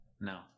No